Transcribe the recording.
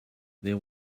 there